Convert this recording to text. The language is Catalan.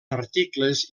articles